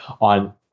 on